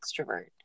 extrovert